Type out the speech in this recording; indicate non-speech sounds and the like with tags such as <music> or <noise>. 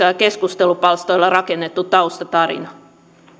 <unintelligible> ja keskustelupalstoilla rakennettu taustatarina